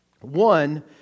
One